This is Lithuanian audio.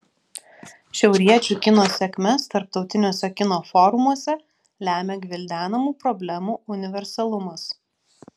šiauriečių kino sėkmes tarptautiniuose kino forumuose lemia gvildenamų problemų universalumas